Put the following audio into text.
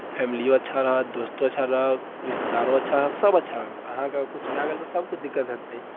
फैमलिओ अच्छा रहत दोस्तो अच्छा रहत रिश्तेदारो अच्छा रहत सभ अच्छा रहत अहाँके अगर किछु भए गेल तऽ सभके दिक्कत हेतै